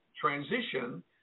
transition